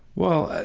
well,